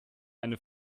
eine